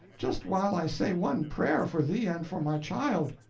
just while i say one prayer for thee and for my child.